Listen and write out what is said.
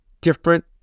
different